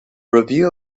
review